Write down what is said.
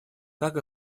как